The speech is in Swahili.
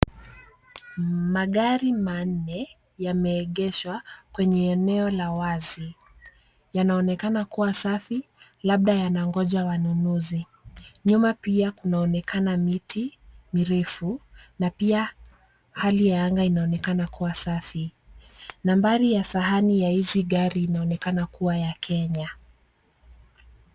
Magari manne yame egeshwa kwenye eneo la wazi, yanaonekana kuwa safi labda yana ngoja wanunuzi. Nyuma pia kuna onekana miti mirefu na pia hali ya anga inaonekana kuwa safi. Nambari ya sahani ya hizi gari inaonekana kuwa ya Kenya.